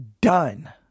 done